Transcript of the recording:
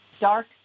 dark